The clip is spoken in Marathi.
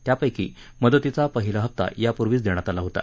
त्यापैकी मदतीचा पहिला हप्ता यापुर्वीच देण्यात आला होता